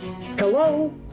Hello